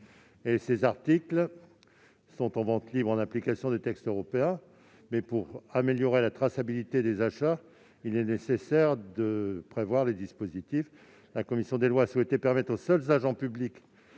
articles en vente libre en application des textes européens. Pour améliorer la traçabilité des achats, il est nécessaire de prévoir de tels dispositifs. La commission des lois a souhaité permettre aux seuls agents publics